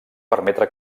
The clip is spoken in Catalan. permetre